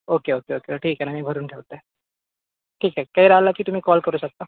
okay okay okay ठीक आहे ना मी भरून ठेवत आहे ठीक आहे काही राहिलं की तुम्ही कॉल करू शकता